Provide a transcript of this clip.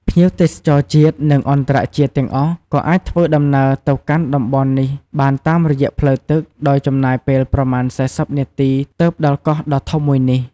ភ្ញៀវទេសចរជាតិ និងអន្តរជាតិទាំងអស់ក៏អាចធ្វើដំណើរទៅកាន់តំបន់នេះបានតាមរយៈផ្លូវទឹក ដោយចំណាយពេលប្រមាណ៤០នាទី ទើបដល់កោះដ៏ធំមួយនេះ។